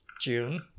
June